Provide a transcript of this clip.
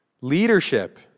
leadership